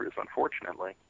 unfortunately